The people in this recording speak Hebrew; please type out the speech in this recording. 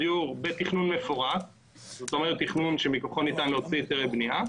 דיור בתכנון מפורט שמתוכו ניתן להוציא היתרי בניה.